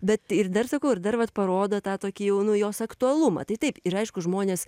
bet ir dar sakau ir dar vat parodo tą tokį jau nu jos aktualumą tai taip ir aišku žmonės